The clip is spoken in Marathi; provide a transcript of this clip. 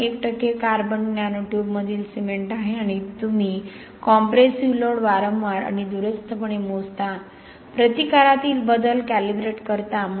१ टक्के कार्बन नॅनो ट्यूबमधले सिमेंट आहे आणि तुम्ही कॉम्प्रेसिव्ह लोड वारंवार आणि दूरस्थपणे मोजता प्रतिकारातील बदल कॅलिब्रेट करता